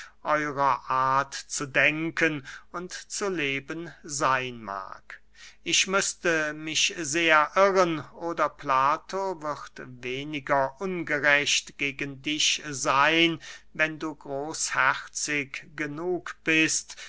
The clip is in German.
eurer art zu denken und zu leben seyn mag ich müßte mich sehr irren oder plato wird weniger ungerecht gegen dich seyn wenn du großherzig genug bist